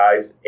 guys